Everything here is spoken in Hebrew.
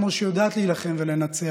כמו שהיא יודעת להילחם ולנצח,